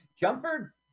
Jumper